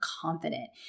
confident